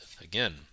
again